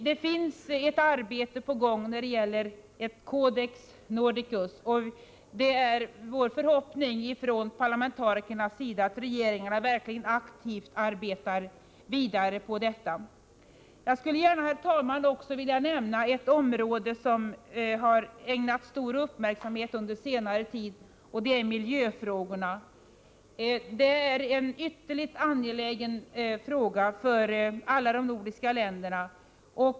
Det pågår för närvarande ett arbete med ett Codex Nordicus, och det är parlamentarikernas förhoppning att regeringarna verkligen aktivt arbetar vidare med denna fråga. Jag skulle, herr talman, också gärna vilja nämna ett område som ägnats stor uppmärksamhet under senare tid, nämligen miljöfrågorna. Dessa är ytterligt angelägna för alla de nordiska länderna.